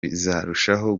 bizarushaho